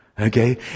okay